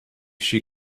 she